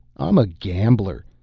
i'm a gambler,